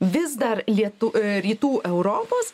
vis dar lietu rytų europos